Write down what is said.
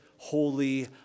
holy